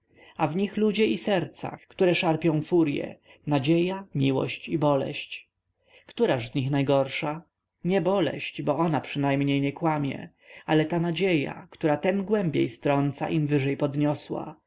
a w nich ludzie i serca które szarpią furye nadzieja miłość i boleść któraż z nich najgorsza nie boleść bo ona przynajmniej nie kłamie ale ta nadzieja która tem głębiej strąca im wyżej podniosła